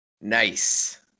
Nice